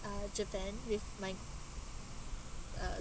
uh japan with my uh